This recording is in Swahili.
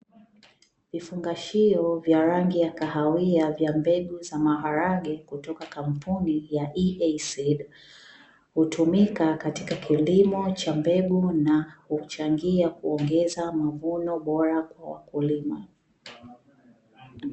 Vifungashio vya rangi ya kahawia vya mbegu za maharage kutoka kampuni ya "EA SEED", hutumika katika kilimo cha mbegu na huchangia kuongeza mavuno bora kwa wakulima.